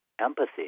empathy